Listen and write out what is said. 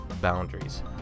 boundaries